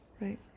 Right